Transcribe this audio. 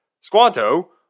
Squanto